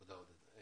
תודה, עודד.